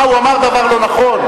מה, הוא אמר דבר לא נכון?